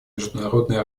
международной